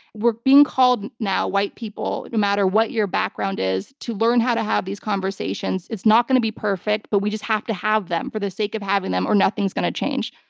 we're being called now, white people, no matter what your background is, to learn how to have these conversations. it's not going to be perfect, but we just have to have them for the sake of having them or nothing's going to change.